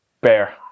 bear